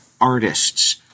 artists